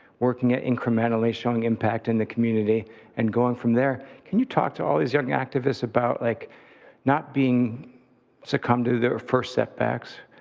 working it incrementally, showing impact in the community and going from there. can you talk to all these young activists about like not being succumb to their first setbacks,